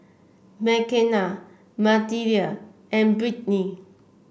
Makena Mathilda and Britni